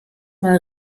mal